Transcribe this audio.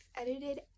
edited